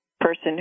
person